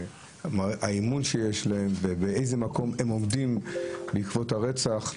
האמון שיש להם ובאיזה מקום הם עומדים בעקבות הרצח,